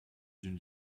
une